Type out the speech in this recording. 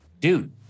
dude